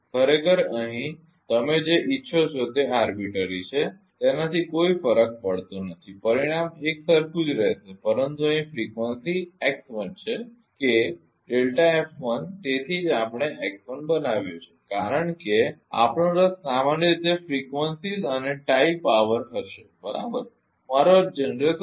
ખરેખર અહીં તમે જે ઇચ્છો તે આરબીટ્રરી છે તેનાથી કોઈ ફરક પડતો નથી પરિણામ એકસરખું જ રહેશે પરંતુ અહીં ફ્રીકવંસી x1 છે કે તેથી જ આપણે x1 બનાવ્યો છે કારણ કે આપણો રસ સામાન્ય રીતે ફ્રીક્વન્સીઝ અને ટાઇ પાવર હશે બરાબર મારો અર્થ જનરેશન પણ છે